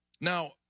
Now